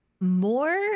more